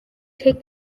take